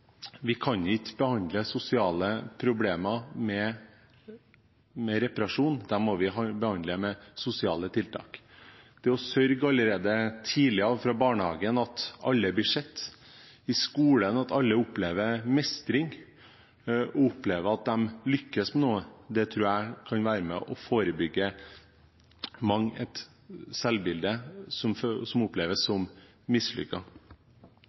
vi har og hvilket samfunn vi ønsker, for vi kan ikke behandle sosiale problemer med reparasjon, de må behandles med sosiale tiltak. Å sørge for at alle blir sett allerede i barnehagen, at alle opplever mestring i skolen og at de lykkes med noe, tror jeg kan være med og forebygge mangt et selvbilde som oppleves som